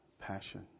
passion